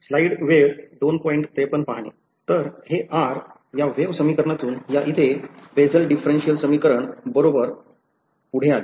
तर हे r या वेव्ह समीकरणातून या इथे Bessel Differential समीकरण बरोबर पुढे आले